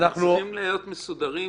אנחנו צריכים להיות מסודרים